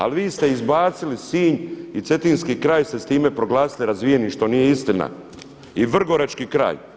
Ali vi ste izbacili Sinj i cetinjski kraj ste s time proglasili razvijenim što nije istina i vrgorački kraj.